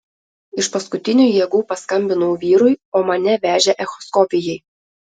iš paskutinių jėgų paskambinau vyrui o mane vežė echoskopijai